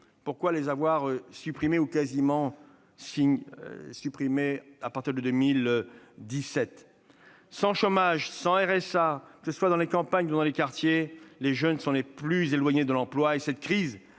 pourquoi les avoir supprimés, ou quasiment, à partir de 2017 ? Sans chômage, sans RSA, que ce soit dans les campagnes ou dans les quartiers, les jeunes sont les plus éloignés de l'emploi et cette crise